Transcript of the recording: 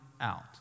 out